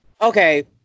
Okay